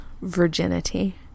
virginity